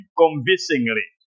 convincingly